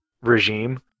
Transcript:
Regime